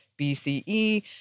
BCE